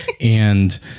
and-